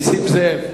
נסים זאב,